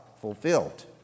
fulfilled